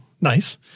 nice